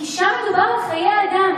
כי שום מדובר על חיי אדם,